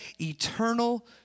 eternal